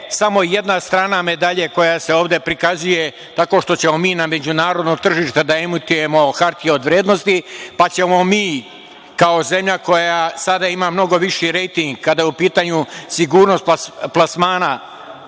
samo jedna strana medalje koja se ovde prikazuje tako što ćemo mi na međunarodnom tržištu da emitujemo hartije od vrednosti, pa ćemo mi kao zemlja koja sada ima mnogo viši rejting kada je u pitanju sigurnost plasmana